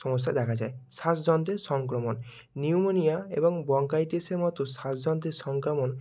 সমস্যা দেখা যায় শ্বাসযন্ত্রে সংক্রমণ নিউমোনিয়া এবং ব্রঙ্কাইটিসের মতো শ্বাসযন্ত্রের সংক্রামণ